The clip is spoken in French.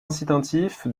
incitatif